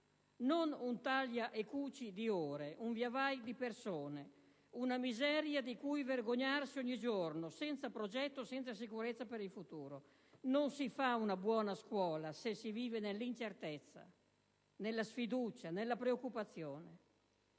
non un «taglia e cuci» di ore, un via vai di persone, una miseria di cui vergognarsi ogni giorno, senza progetto e senza sicurezza per il futuro? Non si fa una buona scuola se si vive nell'incertezza, nella sfiducia, nella preoccupazione.